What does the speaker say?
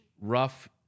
rough